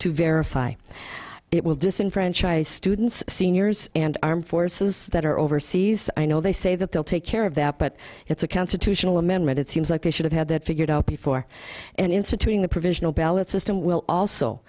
to verify it will disenfranchise students seniors and armed forces that are overseas i know they say that they'll take care of that but it's a constitutional amendment it seems like they should have had that figured out before and instituting the provisional ballot system will also